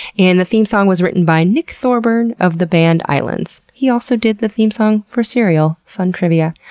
and the theme song was written by nick thorburn of the band islands. he also did the theme song for serial. fun trivia.